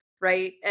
right